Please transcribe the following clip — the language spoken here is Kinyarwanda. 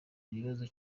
ikibazo